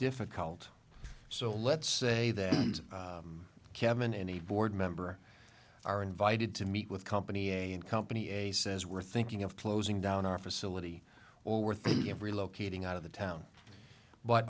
difficult so let's say that kevin and a board member are invited to meet with company a and company a says we're thinking of closing down our facility or we're thinking of relocating out of the town but